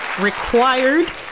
required